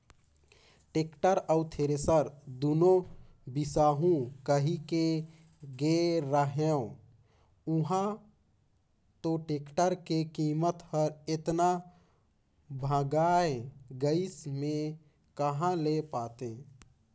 tractor अउ thresher दुनो बिसाहू कहिके गे रेहेंव उंहा तो टेक्टर के कीमत हर एतना भंगाए गइस में कहा ले पातें